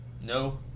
no